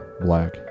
black